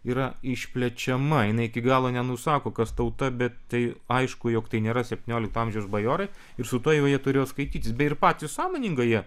yra išplečiama jinai iki galo nenusako kas tauta bet tai aišku jog tai nėra septyniolikto amžiaus bajorai ir su tuo jau jie turėjo skaitytis beje ir patys sąmoningai jie